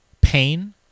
Pain